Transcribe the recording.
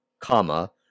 comma